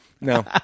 no